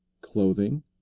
clothing